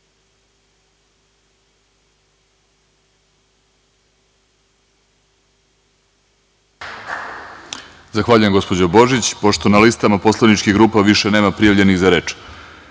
Zahvaljujem, gospođo Božić. Pošto na listama poslaničkih grupa više nema prijavljenih za reč,